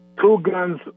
Two-Guns